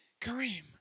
Kareem